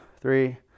Three